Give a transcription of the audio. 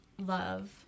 love